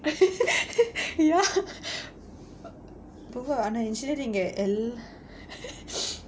ya புக ஆனா:puga aanaa engineering ah எல்லாம்:ellaam